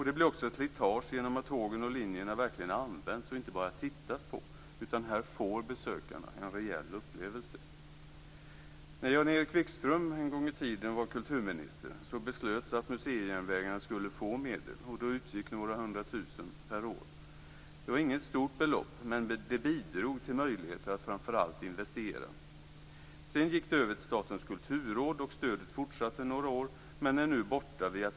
Det blir också slitage genom att man inte bara tittar på tågen och linjerna utan också verkligen använder dem. Här får besökarna en rejäl upplevelse. När Jan-Erik Wikström en gång i tiden var kulturminister beslöts det att museijärnvägarna skulle få medel, och det utbetalades några hundratusen kronor per år. Det var inget stort belopp, men det bidrog till framför allt möjligheterna att investera. Sedan gick anslaget över till Statens kulturråd, och stödet fortsatte några år, men det är nu borta.